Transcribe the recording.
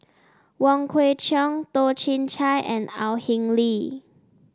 Wong Kwei Cheong Toh Chin Chye and Au Hing Yee